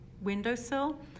windowsill